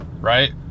right